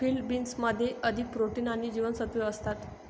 field बीन्समध्ये अधिक protein आणि जीवनसत्त्वे असतात